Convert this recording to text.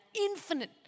infinite